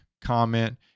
comment